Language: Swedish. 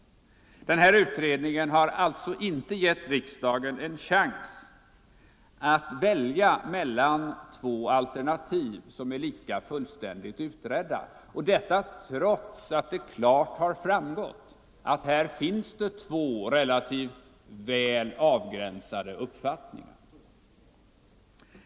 Den utredningen har alltså inte givit riksdagen en chans att välja mellan två alternativ som är lika fullständigt utförda, trots att det framgått att det finns två relativt väl avgränsade uppfattningar.